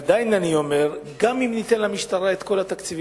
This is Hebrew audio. עדיין, אני אומר, גם אם ניתן למשטרה את